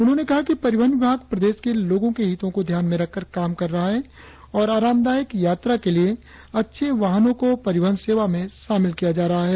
उन्होंने कहा कि परिवहन विभाग प्रदेश के लोगों केको हितों को ध्यान में रखकर काम कर रहा है और आरामदायक यात्रा के लिए अच्छे वाहनों को परिवहन सेवा में शामिल किया जा रहा है